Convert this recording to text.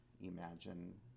imagine